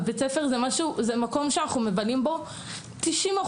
בית הספר הוא מקום שאנחנו מבלים בו 90%